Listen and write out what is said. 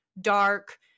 dark